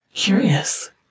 Curious